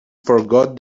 forgot